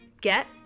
get